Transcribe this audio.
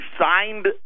signed